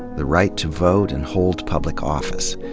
the right to vote and hold public office.